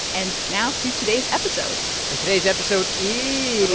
and now to today's episode and today's episode is. oh,